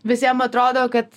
visiem atrodo kad